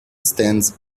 stands